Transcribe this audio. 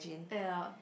ya